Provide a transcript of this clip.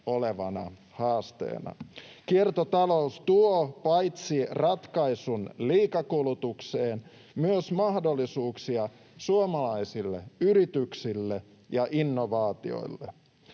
olevana haasteena. Kiertotalous tuo paitsi ratkaisun liikakulutukseen myös mahdollisuuksia suomalaisille yrityksille ja innovaatioille.